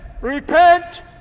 repent